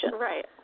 right